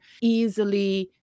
easily